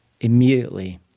immediately